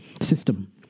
system